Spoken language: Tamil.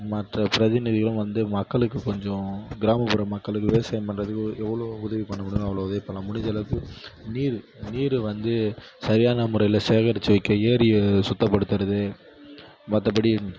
மற்ற பிரதிநிதிகளும் வந்து மக்களுக்கு கொஞ்சம் கிராமப்புற மக்களுக்கு விவசாயம் பண்ணுறதுக்கு எவ்வளோ உதவி பண்ண முடியுமோ அவ்வளோ உதவி பண்ணலாம் முடிச்சளவுக்கு நீர் நீர் வந்து சரியான முறையில் சேகரிச்சு வைக்க ஏரியை சுத்தப்படுத்துவது மற்றபடி